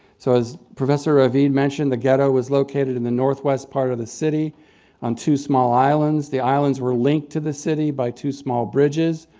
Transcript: so as professor ravid mentioned, the ghetto was located in the northwest part of the city on two small islands. the islands were linked to the city by two small bridges,